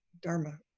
Dharma